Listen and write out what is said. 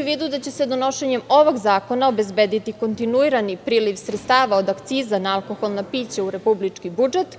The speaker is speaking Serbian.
u vidu da će se donošenjem ovog zakona obezbediti kontinuirani priliv sredstava od akciza na alkoholna pića u republički budžet